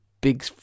big